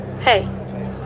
Hey